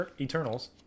Eternals